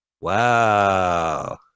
Wow